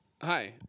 Hi